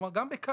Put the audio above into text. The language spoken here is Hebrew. כלומר, גם בקנדה